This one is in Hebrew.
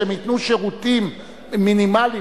שהם ייתנו שירותים מינימליים.